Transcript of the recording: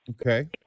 Okay